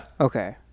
okay